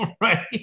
Right